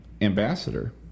ambassador